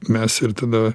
mes ir tada